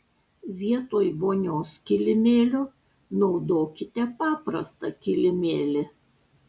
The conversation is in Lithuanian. vietoj vonios kilimėlio naudokite paprastą kilimėlį